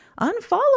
unfollow